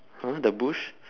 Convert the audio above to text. !huh! the bush